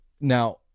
Now